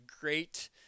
great